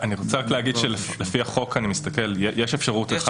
אני רוצה רק להגיד שלפי החוק יש אפשרות אחד